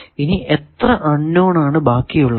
ഇനി എത്ര unknown ആണ് ബാക്കി ഉള്ളത്